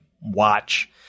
watch